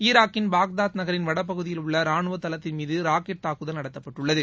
ஈராக்கின் பாக்தாத் நகரின் வடபகுதியில் உள்ள ராணுவ தளத்தின்மீது ராக்கெட் தாக்குதல் நடத்தப்பட்டுள்ளது